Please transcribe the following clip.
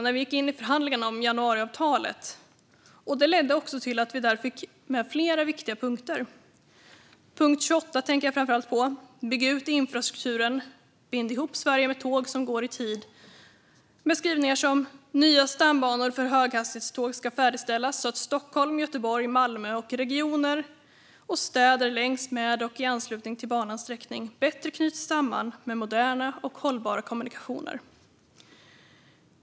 När vi gick in i förhandlingarna om januariavtalet var det viktigt för oss. Det ledde också till att vi där fick med flera viktiga punkter. Jag tänker framför allt på punkt 28 om att bygga ut infrastrukturen och binda ihop Sverige med tåg som går i tid med skrivningar som att "nya stambanor för höghastighetståg ska färdigställas så att Stockholm, Göteborg, Malmö och regioner och städer längs med och i anslutning till banans sträckning bättre knyts samman med moderna och hållbara kommunikationer".